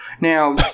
Now